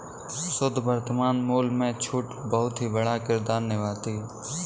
शुद्ध वर्तमान मूल्य में छूट भी बहुत बड़ा किरदार निभाती है